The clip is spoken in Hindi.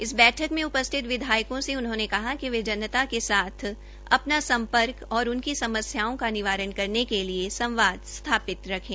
इस बैठक में उपस्थित विधायकों से उन्होंने कहा कि वे जनता के साथ अपना सम्पर्क और उनकी समस्याओं का निवारण करने के लिए संवाद स्थापित रखें